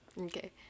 Okay